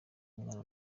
umwana